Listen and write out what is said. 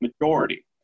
majority